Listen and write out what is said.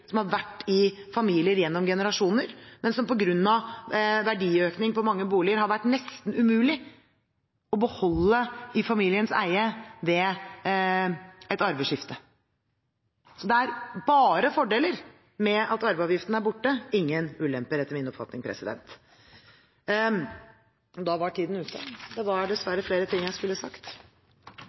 som har vært i familien gjennom generasjoner, men som på grunn av verdiøkning på mange boliger har vært nesten umulig å beholde i familiens eie ved et arveskifte. Det er bare fordeler med at arveavgiften er borte – ingen ulemper etter min oppfatning. Da var tiden ute. Det var dessverre flere ting jeg skulle sagt.